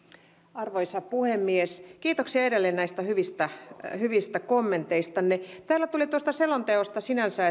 arvoisa puhemies kiitoksia edelleen näistä hyvistä hyvistä kommenteistanne täällä tuli selonteosta sinänsä